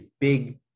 big